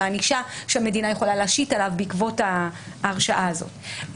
הענישה שהמדינה יכולה להשית עליו בעקבות ההרשעה הזאת.